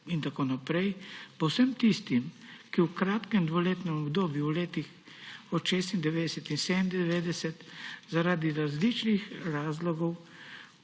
in tako naprej, bo vsem tistim, ki v kratkem dvoletnem obdobju v letih od 1996 in 1997 zaradi različnih razlogov,